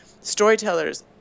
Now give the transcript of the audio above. storytellers